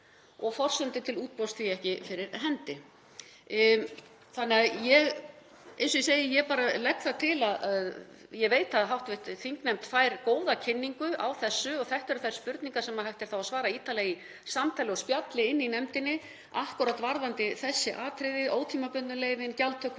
og forsendur til útboðs því ekki fyrir hendi. Þannig að ég, eins og ég segi, legg það til og ég veit að hv. þingnefnd fær góða kynningu á þessu og þetta eru þær spurningar sem hægt er að svara ítarlega í samtali og spjalli inni í nefndinni akkúrat varðandi þessi atriði, ótímabundnu leyfin, gjaldtökuna